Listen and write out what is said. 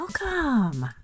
Welcome